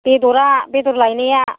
बेदरआ बेदर लायनाया